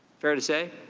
fair to say?